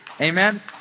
Amen